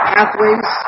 Pathways